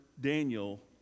Daniel